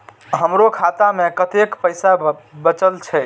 हमरो खाता में कतेक पैसा बचल छे?